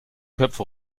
köpfe